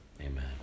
amen